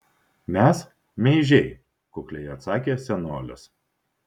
mes meižiai kukliai atsakė senolis